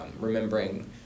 remembering